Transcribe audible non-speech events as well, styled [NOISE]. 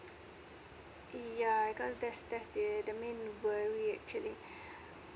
yeah cause that's that's they the main worry actually [BREATH]